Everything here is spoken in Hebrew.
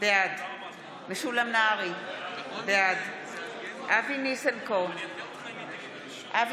בעד משולם נהרי, בעד אבי ניסנקורן,